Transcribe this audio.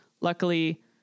luckily